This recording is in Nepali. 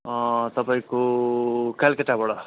तपाईँको कलकत्ताबाट